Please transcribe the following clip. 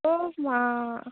অঁ মা